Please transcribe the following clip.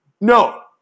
no